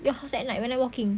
your house at night when I walking